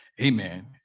amen